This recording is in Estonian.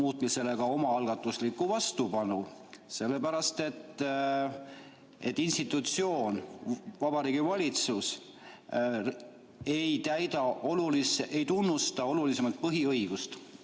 muutmisele omaalgatuslikku vastupanu? Sellepärast et institutsioon Vabariigi Valitsus ei tunnusta olulisemat põhiõigust